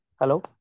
hello